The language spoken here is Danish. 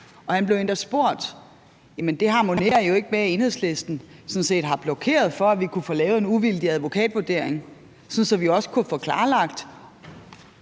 Og han blev endda spurgt til, at det jo ikke harmonerede med, at Enhedslisten sådan set har blokeret for, at vi kunne få lavet en uvildig advokatvurdering, sådan at vi også kunne få klarlagt,